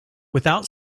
without